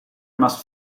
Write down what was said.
must